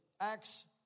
Acts